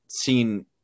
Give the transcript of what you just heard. seen